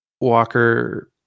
Walker